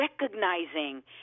recognizing